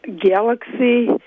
Galaxy